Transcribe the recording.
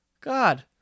God